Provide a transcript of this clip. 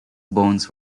bones